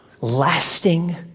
lasting